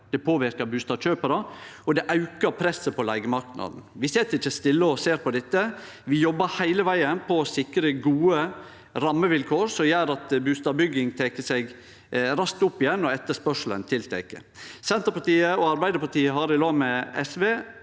det påverkar bustadkjøparar, og det aukar presset på leigemarknaden. Vi sit ikkje stille og ser på dette. Vi jobbar heile vegen for å sikre gode rammevilkår som gjer at bustadbygginga tek seg raskt opp igjen og etterspurnaden aukar. Senterpartiet og Arbeidarpartiet har i lag med SV